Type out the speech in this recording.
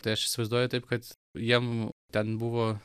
tai aš įsivaizduoju taip kad jiem ten buvo